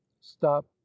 Stop